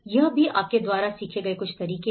यह भी आपके द्वारा सीखे गए कुछ तरीके हैं